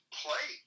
play